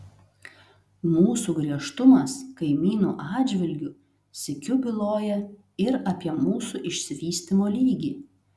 mūsų griežtumas kaimynų atžvilgiu sykiu byloja ir apie mūsų išsivystymo lygį